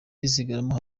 risigaramo